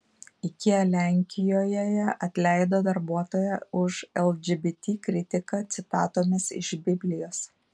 ikea lenkijoje atleido darbuotoją už lgbt kritiką citatomis iš biblijos